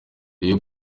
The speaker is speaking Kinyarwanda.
iyo